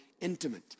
intimate